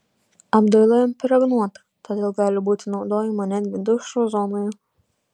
apdaila impregnuota todėl gali būti naudojama netgi dušo zonoje